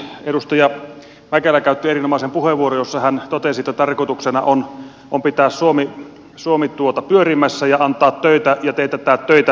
edustaja mäkelä käytti erinomaisen puheenvuoron jossa hän totesi että tarkoituksena on pitää suomi pyörimässä ja antaa töitä ja teetättää töitä suomalaisilla työntekijöillä